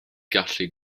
gallu